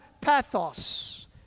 pathos